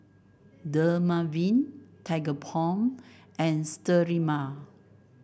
Dermaveen Tigerbalm and Sterimar